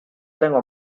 tengo